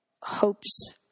hopes